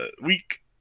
Week